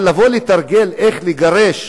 לבוא ולתרגל איך לגרש